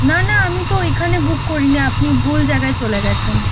না না আমি তো এখানে বুক করিনি আপনি ভুল জাগায় চলে গেছেন